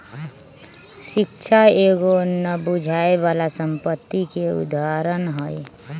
शिक्षा एगो न बुझाय बला संपत्ति के उदाहरण हई